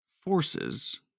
forces